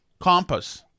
Compass